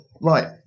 right